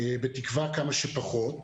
בתקווה כמה שפחות,